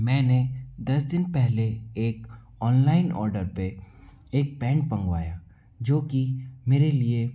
मैंने दस दिन पहले एक ऑनलाइन ऑर्डर पे एक पैन्ट मंगवाया जो कि मेरे लिए